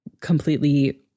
completely